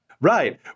Right